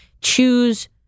choose